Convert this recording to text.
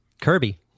Kirby